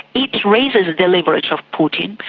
it raises the leverage of putin,